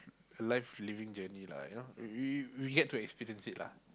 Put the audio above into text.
a life living journey lah you know we get to experience it lah